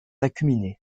acuminées